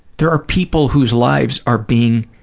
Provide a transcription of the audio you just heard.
there are people whose lives are being